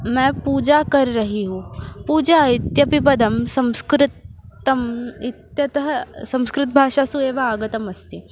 मे पूजा कर् रही हु पूजा इत्यपि पदं संस्कृतम् इत्यतः संस्कृतभाषासु एव आगतमस्ति